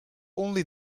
only